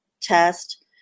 test